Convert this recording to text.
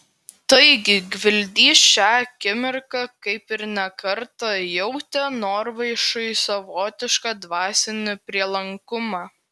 taigi gvildys šią akimirką kaip ir ne kartą jautė norvaišui savotišką dvasinį prielankumą